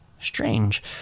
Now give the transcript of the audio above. strange